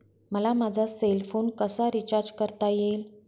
मला माझा cell phone कसा रिचार्ज करता येईल?